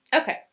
Okay